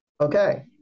Okay